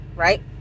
Right